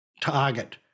target